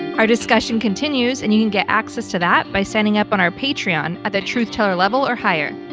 our discussion continues, and you can get access to that by signing up on our patreon at the truth teller level or higher.